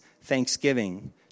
thanksgiving